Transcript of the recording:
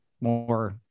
more